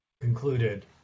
concluded